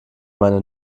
meine